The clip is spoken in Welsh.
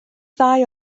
ddau